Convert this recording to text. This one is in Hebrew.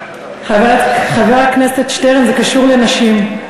חבר הכנסת שטרן, זה קשור לנשים.